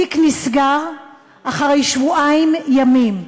התיק נסגר אחרי שבועיים ימים.